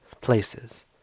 places